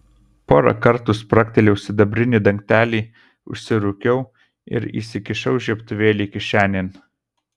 porą kartų spragtelėjau sidabrinį dangtelį užsirūkiau ir įsikišau žiebtuvėlį kišenėn